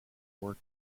work